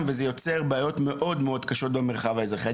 וזה יוצר בעיות מאוד מאוד קשות במרחב האזרחי.